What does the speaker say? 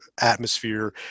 atmosphere